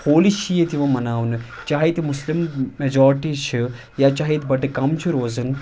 ہولی چھِ ییٚتہِ یِوان مَناونہٕ چاہے ییٚتہِ مُسلِم مٮ۪جارٹی چھِ یا چاہے ییٚتہِ بَٹہٕ کم چھِ روزان